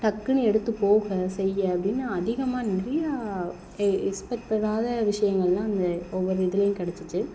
டக்குன்னு எடுத்து போக செய்ய அப்படின்னு அதிகமாக நிறையா எக்ஸ்பெக்ட் பண்ணாத விஷயங்கள்லான் அந்த ஒவ்வொரு இதுலையும் கிடச்சிச்சி